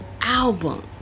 album